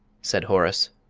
said horace,